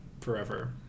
forever